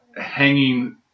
hanging